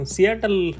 Seattle